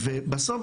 בסוף,